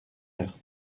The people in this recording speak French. erdre